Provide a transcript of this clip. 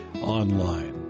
online